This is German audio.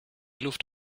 luft